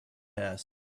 house